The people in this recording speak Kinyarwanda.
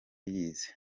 yize